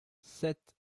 sept